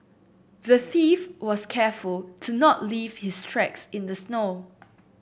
the thief was careful to not leave his tracks in the snow